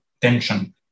tension